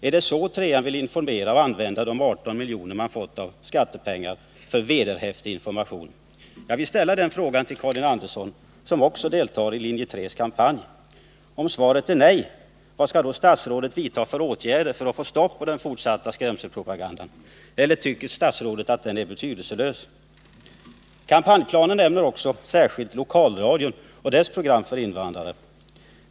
Är det så linje 3 vill informera och använda de 18 miljoner man fått av skattepengar för vederhäftig information? Jag vill ställa den frågan till Karin Andersson, som också deltar i linje 3:s kampanj. Om svaret är nej, vad skall statsrådet vidta för åtgärder för att få stopp på den fortsatta skrämselpropagandan? Eller tycker statsrådet att den är betydelselös? Kampanjplanen nämner också särskilt lokalradion och dess program för invandrare.